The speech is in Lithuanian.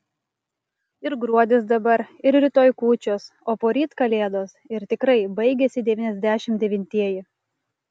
ir gruodis dabar ir rytoj kūčios o poryt kalėdos ir tikrai baigiasi devyniasdešimt devintieji